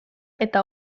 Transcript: eta